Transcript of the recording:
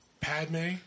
Padme